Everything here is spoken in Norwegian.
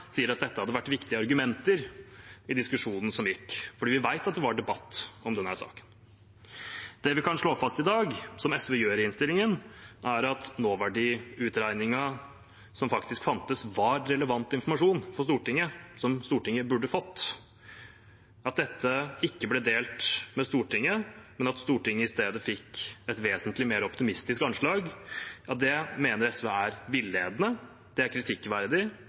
sier at dette hadde vært viktige argumenter i diskusjonen som gikk, fordi vi vet at det var debatt om denne saken. Det vi kan slå fast i dag – som SV gjør i innstillingen – er at nåverdiutregningen som faktisk fantes, var relevant informasjon for Stortinget, som Stortinget burde fått. At dette ikke ble delt med Stortinget, men at Stortinget i stedet fikk et vesentlig mer optimistisk anslag, mener SV er villedende, det er kritikkverdig,